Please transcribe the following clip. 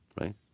right